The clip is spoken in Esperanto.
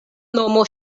nomo